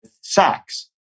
sex